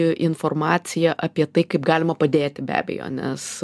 informacija apie tai kaip galima padėti be abejo nes